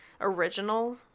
original